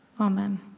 Amen